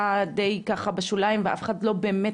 היה די ככה בשוליים ואף אחד לא באמת,